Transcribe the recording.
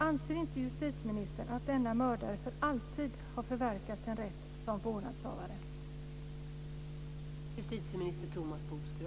Anser inte justitieministern att denna mördare för alltid har förverkat sin rätt som vårdnadshavare?